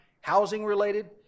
housing-related